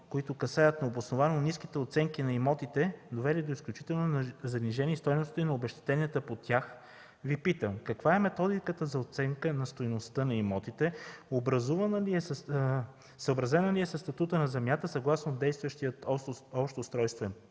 които касаят необосновано ниските оценки на имотите, довели до изключително занижени стойности на обезщетенията по тях, Ви питам: каква е методиката за оценка на стойността на имотите, съобразена ли е със статута на земята съгласно действащия Общ устройствен